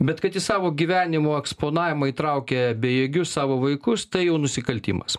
bet kad į savo gyvenimo eksponavimą įtraukia bejėgius savo vaikus tai jau nusikaltimas